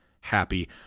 happy